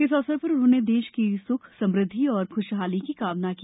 इस अवसर पर उन्होंने देश की सुख समृद्धि और खुशहाली की कामना की